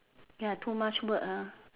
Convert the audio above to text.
ya too much work ah